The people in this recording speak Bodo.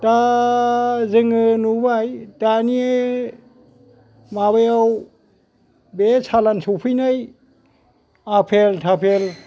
दा जोङो नुबोबाय दानि माबायाव बे सालान सफैनाय आफेल थाफेल